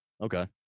Okay